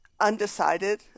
undecided